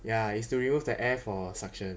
ya is to remove the air for suction